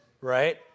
right